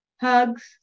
hugs